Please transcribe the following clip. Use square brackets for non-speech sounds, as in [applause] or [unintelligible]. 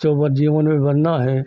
[unintelligible] जीवन में बनना है